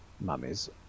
mummies